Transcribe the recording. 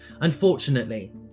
Unfortunately